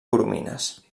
coromines